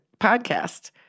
podcast